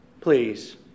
Please